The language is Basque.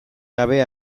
gabe